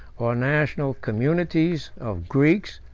or national communities, of greeks,